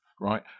right